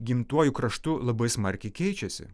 gimtuoju kraštu labai smarkiai keičiasi